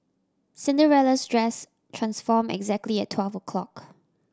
Cinderella's dress transform exactly at twelve o'clock